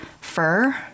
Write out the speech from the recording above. fur